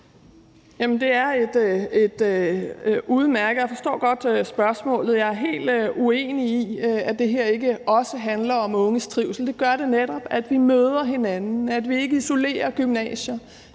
jeg forstår godt spørgsmålet. Jeg er helt uenig i, at det her ikke også handler om unges trivsel. Det gør det netop, altså at de møder hinanden, at vi ikke isolerer gymnasier,